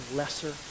lesser